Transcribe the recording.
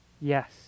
Yes